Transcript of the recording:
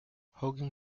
hogan